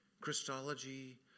Christology